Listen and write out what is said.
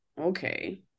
okay